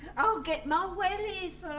i'll get my wellies on!